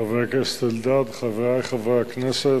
חבר הכנסת אלדד, חברי חברי הכנסת,